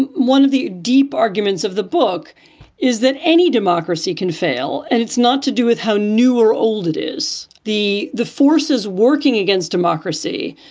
and one of the deep arguments of the book is that any democracy can fail. and it's not to do with how new or old it is, the the forces working against democracy,